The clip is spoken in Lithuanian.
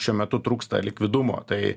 šiuo metu trūksta likvidumo tai